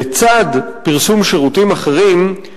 לצד פרסום שירותים אחרים,